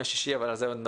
אבל על זה עוד נדבר בהמשך.